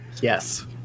Yes